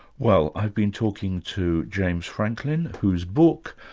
well, i've been talking to james franklin whose book,